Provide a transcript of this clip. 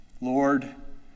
Lord